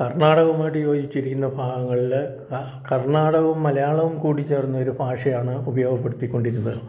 കർണ്ണാടകമായിട്ട് യോജിച്ചിരിക്കുന്ന ഭാഗങ്ങളിൽ ക കർണ്ണാടകവും മലയാളവും കൂടിച്ചേർന്നൊരു ഭാഷയാണ് ഉപയോഗപ്പെടുത്തികൊണ്ടിരുന്നത്